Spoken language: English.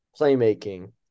playmaking